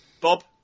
Bob